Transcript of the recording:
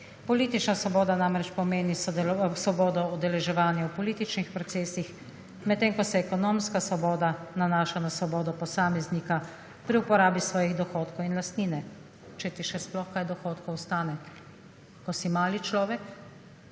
Politična svoboda namreč pomeni svobodo udeleževanja v političnih procesih, med tem, ko se ekonomska svoboda nanaša na svobodo posameznika pri uporabi svojih dohodkov in lastnine, če ti še sploh kaj dohodkov ostane. Ko si mali človek,